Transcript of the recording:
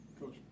Coach